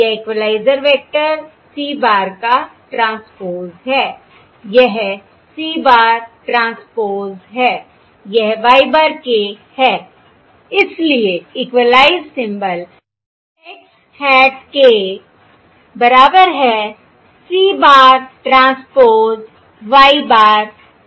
यह equaliser vector c bar का transpose है यह c बार ट्रांसपोज़ है यह y bar k है इसलिए equalised symbol x hat k बराबर है c bar transpose y bar के